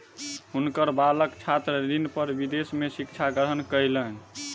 हुनकर बालक छात्र ऋण पर विदेश में शिक्षा ग्रहण कयलैन